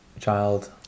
child